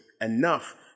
enough